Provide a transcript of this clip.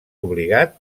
obligat